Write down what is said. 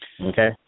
Okay